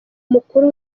mukuru